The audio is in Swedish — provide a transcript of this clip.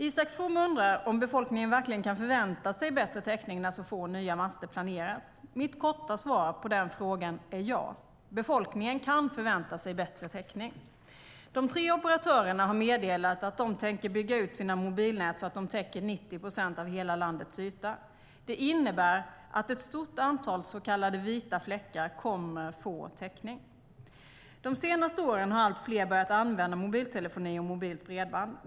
Isak From undrar om befolkningen verkligen kan förvänta sig bättre täckning när så få nya master planeras. Mitt korta svar på den frågan är ja. Befolkningen kan förvänta sig bättre täckning. De tre operatörerna har meddelat att de tänker bygga ut sina mobilnät så att de täcker 90 procent av hela landets yta. Det innebär att ett stort antal så kallade vita fläckar kommer att få täckning. De senaste åren har allt fler börjat använda mobiltelefoni och mobilt bredband.